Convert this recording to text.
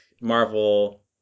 Marvel